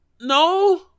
no